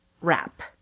wrap